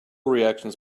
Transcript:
reactions